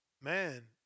man